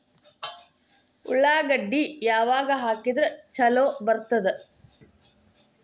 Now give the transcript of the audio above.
ಉಳ್ಳಾಗಡ್ಡಿ ಯಾವಾಗ ಹಾಕಿದ್ರ ಛಲೋ ಬರ್ತದ?